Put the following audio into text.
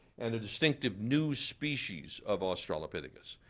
and a distinctive new species of australopithecus.